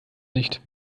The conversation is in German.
nicht